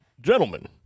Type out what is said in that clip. gentlemen